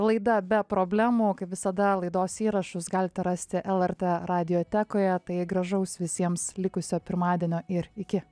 laida be problemų kaip visada laidos įrašus galite rasti el er tė radiotekoje tai gražaus visiems likusio pirmadienio ir iki